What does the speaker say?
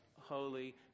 holy